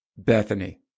Bethany